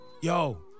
Yo